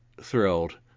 thrilled